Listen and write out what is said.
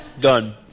Done